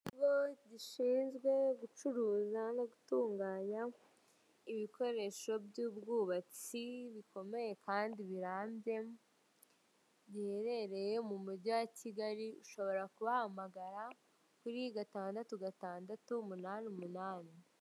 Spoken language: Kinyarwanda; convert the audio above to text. Ikigo gishinzwe gucuruza no gutunganya ibikoresho by' ubwubatsi , bikomeye Kandi birambye, giherereye mumugi wa Kigali, ushobora kubahamagara kuri gatandatu gatandatu, umunani umunani.